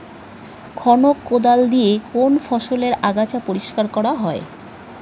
খনক কোদাল দিয়ে কোন ফসলের আগাছা পরিষ্কার করা হয়?